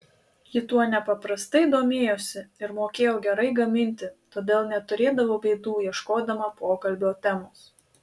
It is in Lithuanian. ji tuo nepaprastai domėjosi ir mokėjo gerai gaminti todėl neturėdavo bėdų ieškodama pokalbio temos